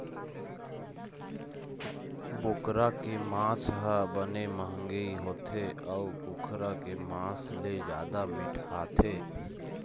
बोकरा के मांस ह बने मंहगी होथे अउ कुकरा के मांस ले जादा मिठाथे